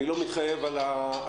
אני לא מתחייב על התאריך.